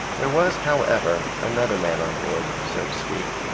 there was, however, another man on board, so to speak,